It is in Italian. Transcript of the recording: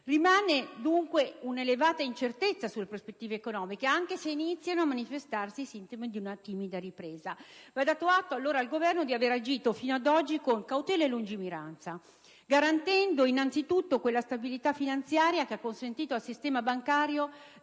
Rimane dunque un'elevata incertezza sulle prospettive economiche, anche se iniziano a manifestarsi i sintomi di una timida ripresa. Va dato atto, allora, al Governo di avere agito fino ad oggi con cautela e lungimiranza, garantendo innanzitutto quella stabilità finanziaria che ha consentito al sistema bancario